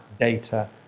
data